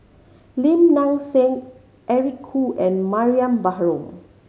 Lim Nang Seng Eric Khoo and Mariam Baharom